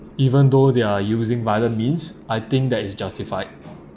even though they're using violent means I think that is justified